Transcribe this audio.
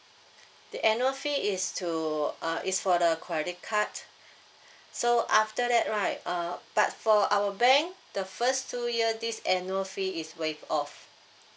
the annual fee is to uh is for the credit card so after that right uh but for our bank the first two year this annual fee is waive off